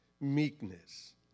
meekness